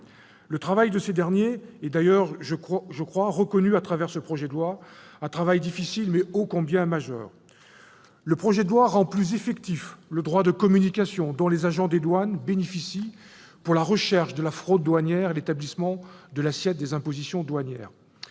le travail de ces derniers est reconnu à travers ce projet de loi, un travail difficile mais ô combien majeur ! Le texte rend plus effectif le droit de communication dont les agents des douanes bénéficient pour la recherche de la fraude douanière et l'établissement de l'assiette des impositions douanières.